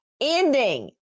ending